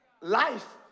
Life